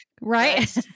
right